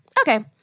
Okay